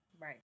Right